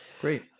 Great